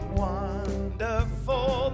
wonderful